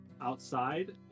outside